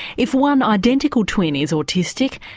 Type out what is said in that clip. if one identical twin is autistic,